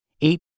Eight